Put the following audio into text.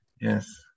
yes